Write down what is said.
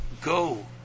go